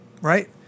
right